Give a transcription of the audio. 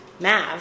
Mav